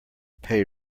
pay